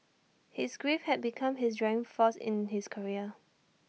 his grief had become his driving force in his career